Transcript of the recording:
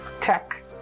tech